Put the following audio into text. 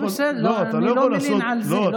בסדר, אני לא מלין על זה.